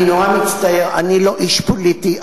אני נורא מצטער, אני לא איש פוליטי.